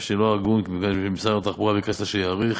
מה שלא הגון, כי משר התחבורה ביקשת שיאריך.